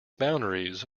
boundaries